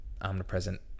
omnipresent